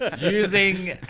using